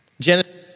Genesis